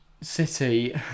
City